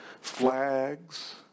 flags